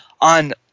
on